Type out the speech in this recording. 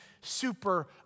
super